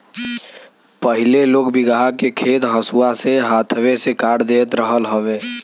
पहिले लोग बीघहा के खेत हंसुआ से हाथवे से काट देत रहल हवे